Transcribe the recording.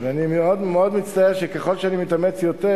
ואני מאוד מצטער שככל שאני מתאמץ יותר